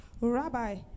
Rabbi